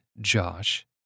Josh